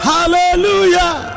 Hallelujah